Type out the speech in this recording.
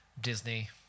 Disney